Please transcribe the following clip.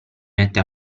mette